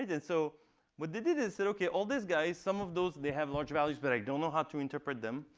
and so what they did is said, ok, all these guys, some of those they have large values, but i don't know how to interpret them.